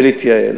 ולהתייעל.